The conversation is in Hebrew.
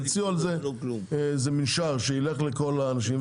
יוציאו מנשר שילך לכל האנשים,